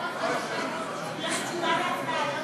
ומנוחה (תיקון, התחשבות במסורת ישראל),